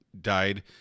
died